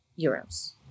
euros